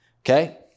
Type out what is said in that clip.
okay